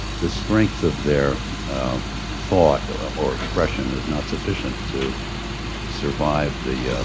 the strength of their thought or expression is not sufficient to survive the,